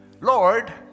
Lord